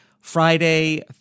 Friday